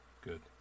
Good